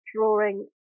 drawing